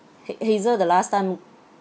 ha~ hazel the last time